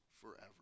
forever